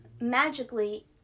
magically